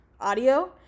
audio